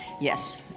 yes